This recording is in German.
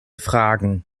fragen